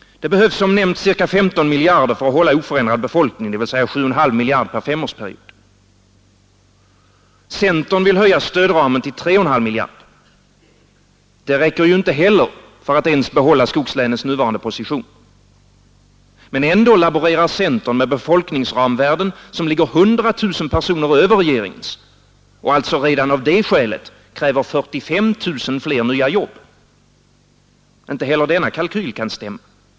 Det behövs som nämnts ca 15 miljarder för att hålla oförändrad befolkning, dvs. 7,5 miljarder per femårsperiod. Centern vill höja stödramen till 3,5 miljarder. Det räcker ju inte för att ens behålla skogslänens nuvarande position. Men ändå laborerar centern med befolkningsramvärden som ligger 100 000 personer över regeringens och alltså redan av det skälet kräver 45 000 fler nya jobb. Inte heller denna kalkyl kan stämma.